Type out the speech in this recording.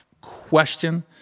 question